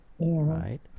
right